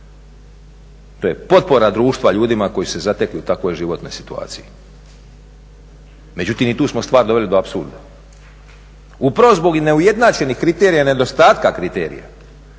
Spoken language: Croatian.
to je potpora društva ljudima koji su se zatekli u takvoj životnoj situaciji. Međutim, i tu smo stvar doveli do apsurda. Upravo zbog i neujednačenih kriterija i nedostatka kriterija